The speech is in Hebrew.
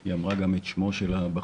היא אמרה גם את שמו של הבחור,